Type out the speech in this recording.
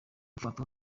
ifatwa